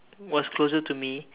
was closer to me